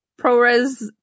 ProRes